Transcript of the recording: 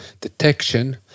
detection